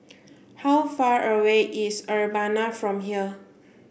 how far away is Urbana from here